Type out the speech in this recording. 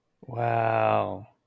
wow